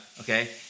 okay